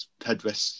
headrests